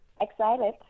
Excited